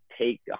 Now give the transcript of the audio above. take